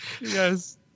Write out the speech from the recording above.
Yes